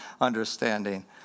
understanding